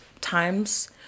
times